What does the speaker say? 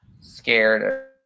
scared